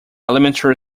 elementary